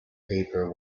paper